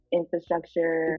infrastructure